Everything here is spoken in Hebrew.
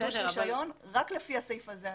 בחידוש רישיון, רק לפי הסעיף הזה.